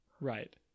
Right